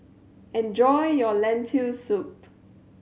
enjoy your Lentil Soup